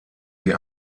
sie